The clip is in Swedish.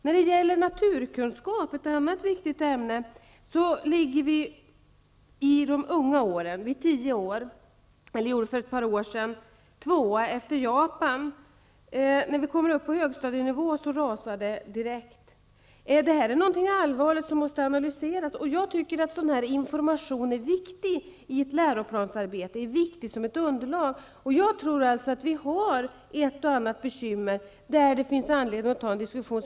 När det gäller naturkunskap, ett annat viktigt ämne, låg för ett par år sedan svenska elever i tioårsåldern tvåa efter de japanska. När vi kommer upp på högstadienivå rasar det direkt. Detta är allvarligt och måste analyseras. Jag tycker att denna information är viktig som underlag i ett läroplansarbete. Jag tror att vi har ett och annat bekymmer där det finns anledning att ta en diskussion.